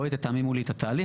בואי תתאמי מולי את התהליך.